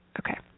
Okay